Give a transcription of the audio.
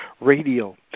Radio